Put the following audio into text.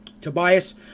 Tobias